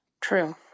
True